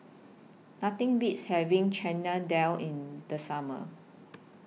Nothing Beats having Chana Dal in The Summer